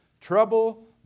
trouble